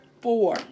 four